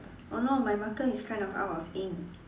oh no my marker is kind of out of ink